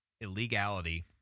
illegality